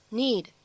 need